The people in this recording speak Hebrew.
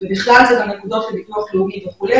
ובכלל זה גם הנקודות של ביטוח לאומי וכו'.